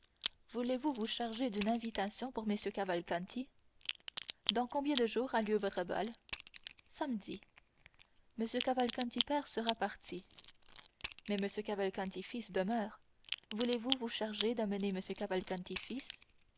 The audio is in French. voulez-vous vous charger d'une invitation pour mm cavalcanti dans combien de jours a lieu votre bal samedi m cavalcanti père sera parti mais m cavalcanti fils demeure voulez-vous vous charger d'amener